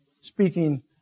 speaking